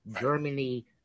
Germany